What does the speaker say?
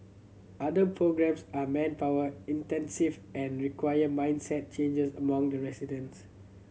other programmes are manpower intensive and require mindset changes among the residents